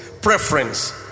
preference